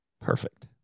perfect